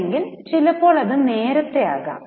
അല്ലെങ്കിൽ ചിലപ്പോൾ അത് നേരത്തെയാകാം